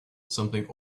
something